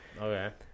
okay